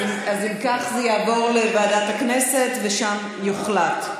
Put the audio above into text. אם כך, זה יעבור לוועדת הכנסת, ושם יוחלט.